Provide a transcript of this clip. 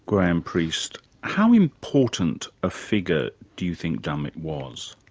graham priest, how important a figure do you think dummett was?